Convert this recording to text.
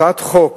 הצעת חוק